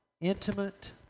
intimate